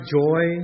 joy